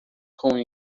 com